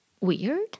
weird